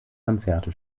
konzerte